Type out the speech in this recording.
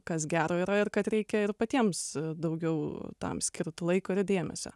kas gero yra ir kad reikia ir patiems daugiau tam skirt laiko ir dėmesio